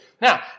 Now